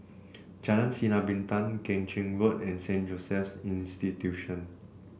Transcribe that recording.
Jalan Sinar Bintang Keng Chin Road and Saint Joseph's Institution